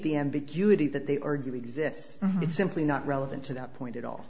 the ambiguity that they argued exists it's simply not relevant to that point at all